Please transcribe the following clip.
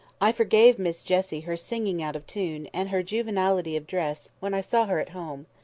i forgave miss jessie her singing out of tune, and her juvenility of dress, when i saw her at home.